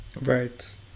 Right